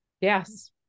Yes